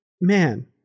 man